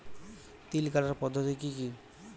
তিল কাটার পদ্ধতি কি কি?